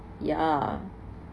ya